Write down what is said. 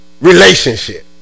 relationship